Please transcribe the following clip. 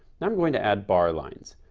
now i'm going to add bar lines.